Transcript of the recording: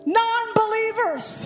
non-believers